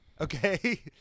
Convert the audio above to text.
okay